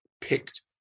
picked